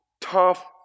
tough